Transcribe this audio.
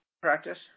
practice